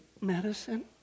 medicine